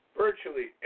virtually